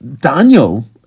Daniel